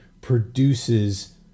produces